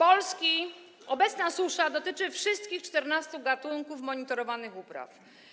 Obecna susza dotyczy wszystkich 14 gatunków monitorowanych upraw.